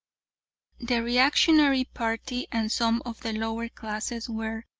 the reactionary party and some of the lower classes were,